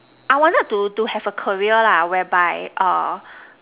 I wanted to to have a career lah where by